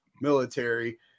military